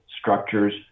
structures